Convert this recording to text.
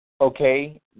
Okay